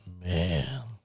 man